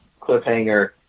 cliffhanger